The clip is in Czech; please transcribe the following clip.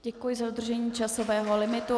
Děkuji za dodržení časového limitu.